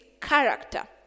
character